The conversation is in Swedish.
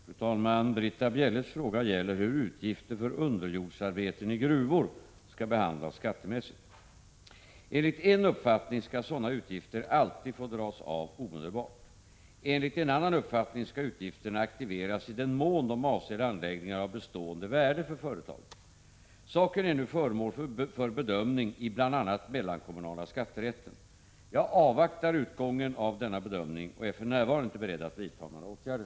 Fru talman! Britta Bjelles fråga gäller hur utgifter för underjordsarbeten i gruvor skall behandlas skattemässigt. Enligt en uppfattning skall sådana utgifter alltid få dras av omedelbart. Enligt en annan uppfattning skall utgifterna aktiveras i den mån de avser anläggningar av bestående värde för företaget. Saken är nu föremål för bedömning i bl.a. mellankommunala skatterätten. Jag avvaktar utgången av denna bedömning och är för närvarande inte beredd att vidta några åtgärder.